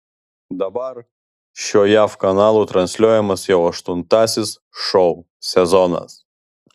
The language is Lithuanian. dabar šiuo jav kanalu transliuojamas jau aštuntasis šou sezonas